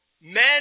men